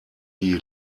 die